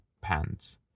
pants